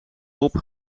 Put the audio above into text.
bob